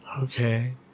Okay